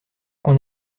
qu’on